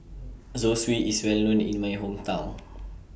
Zosui IS Well known in My Hometown